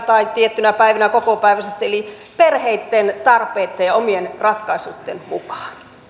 tai tiettyinä päivinä kokopäiväisesti eli perheitten tarpeitten ja omien ratkaisuitten mukaan